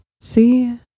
See